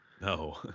No